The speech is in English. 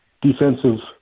defensive